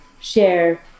share